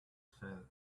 said